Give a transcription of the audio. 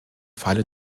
falle